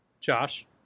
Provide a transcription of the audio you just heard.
Josh